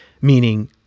Meaning